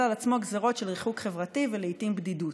על עצמו גזרות של ריחוק חברתי ולעיתים בדידות.